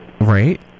Right